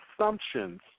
assumptions